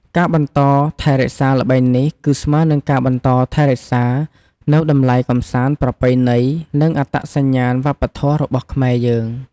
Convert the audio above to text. ការបន្តថែរក្សាល្បែងនេះ គឺស្មើនឹងការបន្តថែរក្សានូវ តម្លៃកម្សាន្តប្រពៃណី និងអត្តសញ្ញាណវប្បធម៌របស់ខ្មែរយើង។